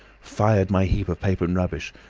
fired my heap of paper and rubbish,